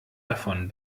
davon